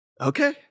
Okay